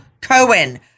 Cohen